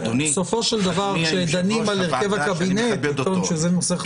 בסופו של דבר כשדנים על הרכב הקבינט, זה נושא חדש?